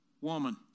woman